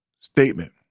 statement